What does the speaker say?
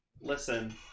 Listen